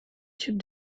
tubes